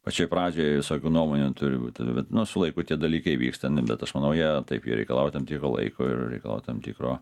pačioj pradžioj visokių nuomonių turi būt bet nu su laiku tie dalykai vyks bet aš manau jie taip jie reikalauja tam tikro laiko ir reikalauja tam tikro